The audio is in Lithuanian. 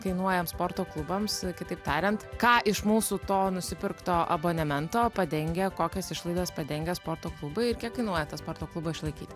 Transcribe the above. dainuojame sporto klubams kitaip tariant ką iš mūsų to nusipirkto abonemento padengia kokias išlaidas padengia sporto klubai ir kiek kainuoja tą sporto klubą išlaikyti